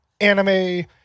anime